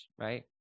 right